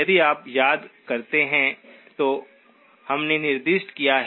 यदि आप याद करते हैं तो हमने निर्दिष्ट किया है